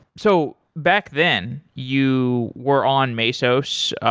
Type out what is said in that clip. so back then, you were on masos.